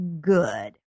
good